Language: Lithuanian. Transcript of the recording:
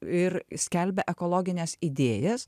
ir skelbia ekologines idėjas